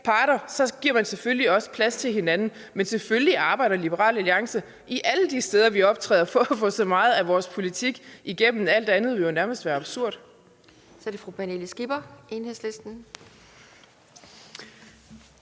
parter giver man selvfølgelig også plads til hinanden. Men selvfølgelig arbejder Liberal Alliance alle de steder, hvor vi optræder, for at få så meget som muligt af vores politik igennem. Alt andet ville nærmest være absurd.